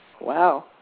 Wow